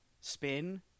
spin